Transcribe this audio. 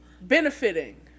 benefiting